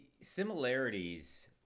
similarities